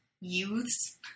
youths